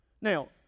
Now